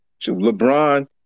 LeBron